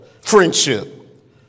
Friendship